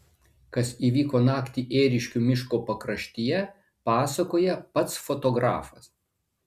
kas įvyko naktį ėriškių miško pakraštyje pasakoja pats fotografas